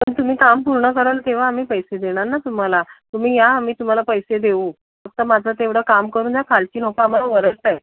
पण तुम्ही काम पूर्ण कराल तेव्हा आम्ही पैसे देणार ना तुम्हाला तुम्ही या आम्ही तुम्हाला पैसे देऊ फक्त माझं तेवढं काम करून द्या खालची लोकं आम्हाला ओरडतायत